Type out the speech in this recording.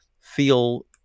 feel